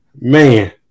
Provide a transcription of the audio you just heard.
man